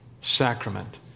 sacrament